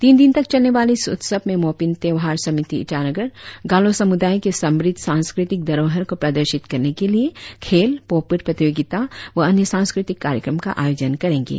तीन दिन तक चलने वाले इस उत्सव में मोपीन त्योहार समिति ईटानगर गालों समुदाय के समुद्ध सांस्कृतिक धरोहर को प्रदर्शित करने के लिए खेल पोपीर प्रतियोगिता व अन्य सांस्कृतिक कार्यक्रम का आयोजन करेंगे